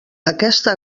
aquesta